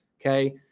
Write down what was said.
Okay